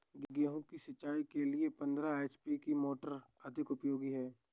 गेहूँ सिंचाई के लिए पंद्रह एच.पी की मोटर अधिक उपयोगी है?